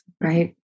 Right